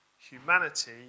Humanity